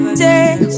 take